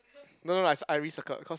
no no no I cir~ I recircled cause